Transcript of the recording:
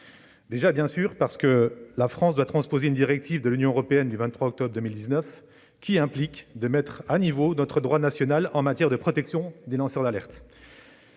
premier lieu parce que la France doit transposer une directive de l'Union européenne du 23 octobre 2019, qui implique de mettre à niveau notre droit national relatif aux lanceurs d'alerte